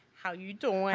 how you doin'?